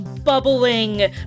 bubbling